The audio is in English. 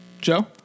Joe